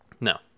No